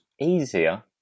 easier